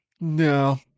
no